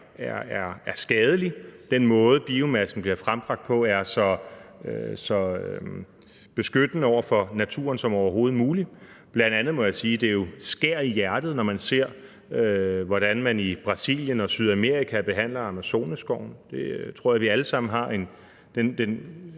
er skadelig, og at den måde, biomassen bliver frembragt på, er så beskyttende over for naturen som overhovedet muligt. Bl.a. må jeg sige, at det jo skærer i hjertet, når man ser, hvordan man i Brasilien og Sydamerika behandler Amazonasskoven; der tror jeg vi alle sammen har den